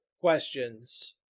questions